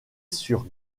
sur